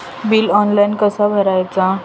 Bill online कसा भरायचा?